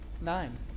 Nine